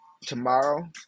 Tomorrow